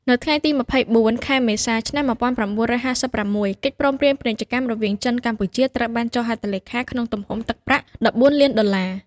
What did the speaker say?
នៅថ្ងៃទី ២៤ ខែមេសា ឆ្នាំ១៩៥៦ កិច្ចព្រមព្រៀងពាណិជ្ជកម្មរវាងចិនកម្ពុជាត្រូវបានចុះហត្ថលេខាក្នុងទំហំទឹកប្រាក់ ១៤ លានដុល្លារ។